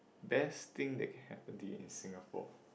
best thing that happen to you in Singapore